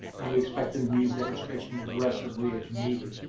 and we expect them to use that discretion aggressively if needed.